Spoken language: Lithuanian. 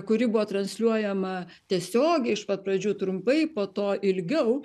kuri buvo transliuojama tiesiogiai iš pat pradžių trumpai po to ilgiau